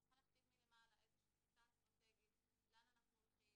היא צריכה להכתיב מלמעלה איזה שהיא תפיסה אסטרטגית לאן אנחנו הולכים,